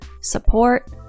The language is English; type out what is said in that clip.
support